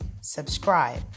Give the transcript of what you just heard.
subscribe